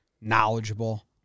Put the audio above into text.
knowledgeable